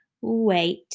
Wait